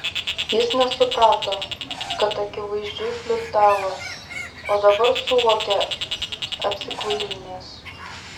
jis nesuprato kad akivaizdžiai flirtavo o dabar suvokė apsikvailinęs